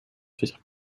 faire